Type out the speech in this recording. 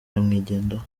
nyamwigendaho